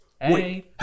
Hey